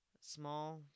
small